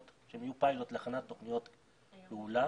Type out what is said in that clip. שהן יהיו פיילוט להכנת תוכניות פעולה.